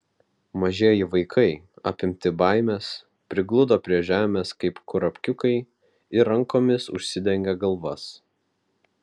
mažieji vaikai apimti baimės prigludo prie žemės kaip kurapkiukai ir rankomis užsidengė galvas